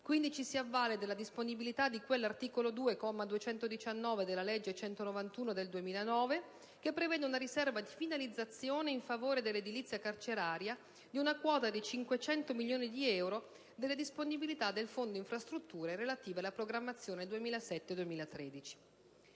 Quindi ci si avvale della disponibilità di cui all'articolo 2, comma 219, della legge n. 191 del 2009 (legge finanziaria 2010), che prevede una riserva di finalizzazione in favore dell'edilizia carceraria di una quota di 500 milioni di euro delle disponibilità del Fondo infrastrutture relative alla programmazione 2007-2013.